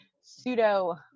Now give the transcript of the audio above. pseudo